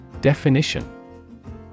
Definition